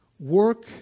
work